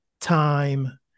time